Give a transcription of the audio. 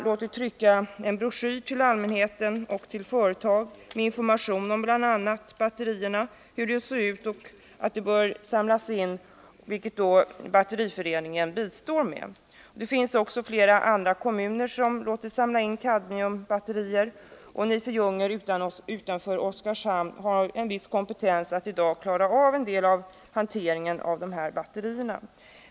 låtit trycka en broschyr till allmänheten och till olika företag med information om bl.a. batterierna, med uppgift om hur dessa ser ut och att de bör samlas in, vilket batteriföreningen då bistår med. Också flera andra kommuner låter samla in kadmiumbatterier och Nife Jungner AB utanför Oskarshamn har redan i dag en viss kompetens att klara av en del sådana batterier.